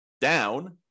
down